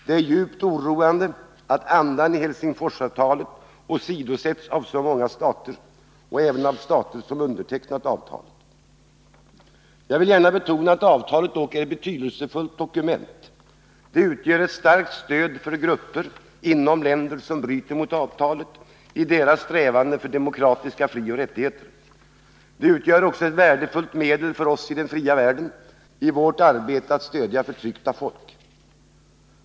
Det är djupt oroande att andan i Helsingforsavtalet åsidosätts i så många stater, även av stater som undertecknat avtalet. Jag vill gärna betona att avtalet dock är ett betydelsefullt dokument. Det utgör ett starkt stöd för grupper inom länder som bryter mot avtalet, i deras strävanden för demokratiska frioch rättigheter. Det utgör också ett värdefullt medel för oss i den fria världen i vårt arbete att stöda förtryckta folk.